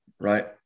right